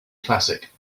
classic